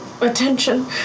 attention